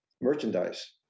merchandise